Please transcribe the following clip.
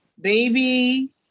baby